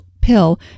pill